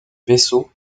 vaisseau